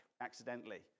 accidentally